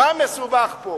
מה מסובך פה?